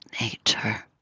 nature